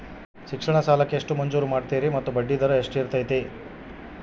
ಶಿಕ್ಷಣ ಸಾಲಕ್ಕೆ ಎಷ್ಟು ಮಂಜೂರು ಮಾಡ್ತೇರಿ ಮತ್ತು ಬಡ್ಡಿದರ ಎಷ್ಟಿರ್ತೈತೆ?